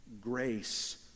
grace